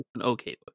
okay